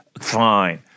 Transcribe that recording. Fine